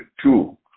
two